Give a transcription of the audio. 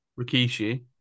Rikishi